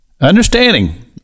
understanding